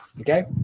okay